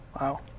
Wow